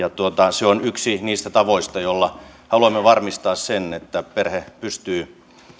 se on yksi niistä tavoista joilla haluamme varmistaa sen että perhe pystyy